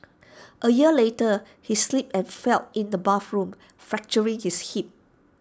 A year later he slipped and fell in the bathroom fracturing his hip